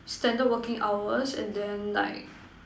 standard working hours and then like